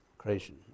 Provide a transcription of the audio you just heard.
Creation